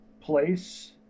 place